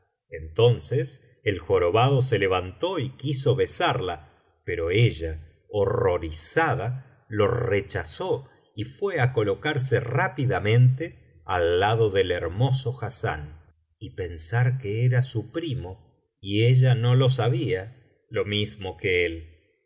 entonces el jorobado se levantó y quiso besarla pero ella horrorizada lo rechazó y fué á colocarse rápidamente al lado del hermoso hassán y pensar que era su primo y ella no lo sabía lo mismo que él